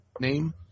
name